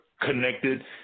connected